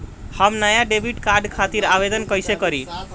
हम नया debit card खातिर आवेदन कईसे करी?